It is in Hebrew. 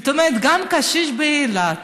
זאת אומרת, גם קשיש באילת